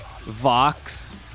Vox